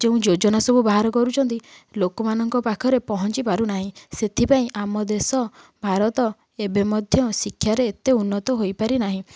ଯେଉଁ ଯୋଜନା ସବୁ ବାହାର କରୁଛନ୍ତି ଲୋକମାନଙ୍କ ପାଖରେ ପହଞ୍ଚି ପାରୁନାହିଁ ସେଥିପାଇଁ ଆମ ଦେଶ ଭାରତ ଏବେ ମଧ୍ୟ ଶିକ୍ଷାରେ ଏତେ ଉନ୍ନତ ହୋଇପାରିନାହିଁ